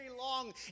long